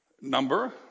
number